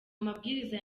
amabwiriza